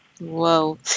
Whoa